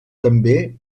també